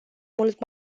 mult